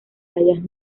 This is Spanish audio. rayas